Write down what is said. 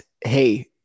hey